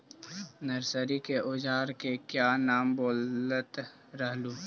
Nursery के ओजार के क्या नाम बोलत रहलू?